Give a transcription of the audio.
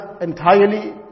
entirely